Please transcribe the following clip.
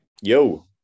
Yo